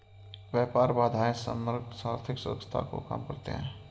व्यापार बाधाएं समग्र आर्थिक दक्षता को कम करती हैं